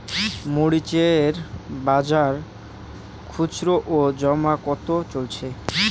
মরিচ এর বাজার খুচরো ও জমা কত চলছে?